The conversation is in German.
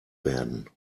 werden